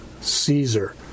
Caesar